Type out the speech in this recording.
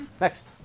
Next